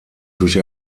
durch